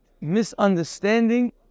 misunderstanding